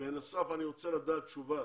בנוסף אני רוצה לקבל תשובה